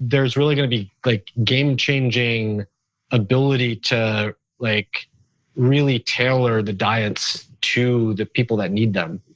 there's really going to be like game changing ability to like really tailor the diets to the people that need them.